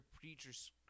preachers